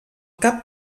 cap